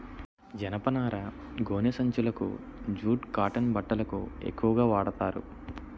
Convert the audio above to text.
జనపనార గోనె సంచులకు జూట్ కాటన్ బట్టలకు ఎక్కువుగా వాడతారు